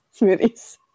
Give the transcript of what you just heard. smoothies